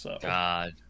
God